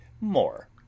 MORE